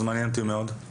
אני אגע בקצרה.